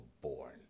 born